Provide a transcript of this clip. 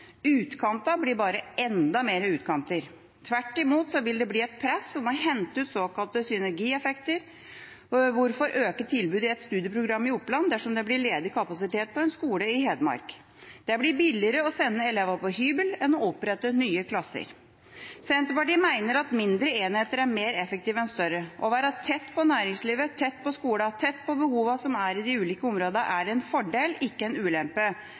Utkantene blir bare enda mer utkanter. Tvert imot vil det bli et press om å hente ut såkalte synergieffekter. Hvorfor øke tilbudet i et studieprogram i Oppland dersom det blir ledig kapasitet på en skole i Hedmark? Det blir billigere å sende elevene på hybel enn å opprette nye klasser. Senterpartiet mener at mindre enheter er mer effektive enn større. Å være tett på næringslivet, tett på skolene, tett på behovene som er i de ulike områdene, er en fordel, ikke en ulempe.